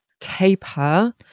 taper